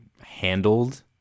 handled